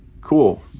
cool